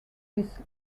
this